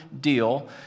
deal